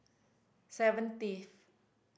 seventieth